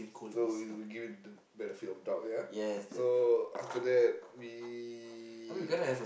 so we we give it the benefit of doubt ya so after that we